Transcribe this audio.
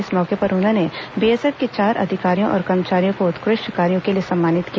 इस मौके पर उन्होंने बीएसएफ के चार अधिकारियों और कर्मचारियों को उत्कृष्ट कार्यों के लिए सम्मानित किया